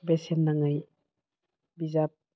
बेसेन नाङै बिजाब